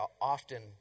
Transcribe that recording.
often